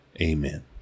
Amen